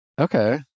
Okay